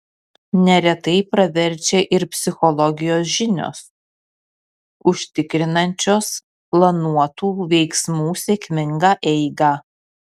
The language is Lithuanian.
neretai praverčia ir psichologijos žinios užtikrinančios planuotų veiksmų sėkmingą eigą